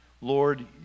Lord